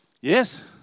Yes